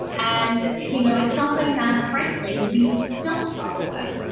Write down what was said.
and you know it's something that frankly we still struggle with.